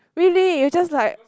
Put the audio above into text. really you're just like